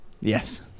Yes